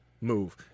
move